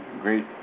great